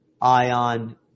ion